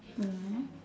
mm ya